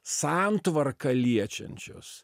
santvarką liečiančios